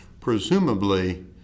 presumably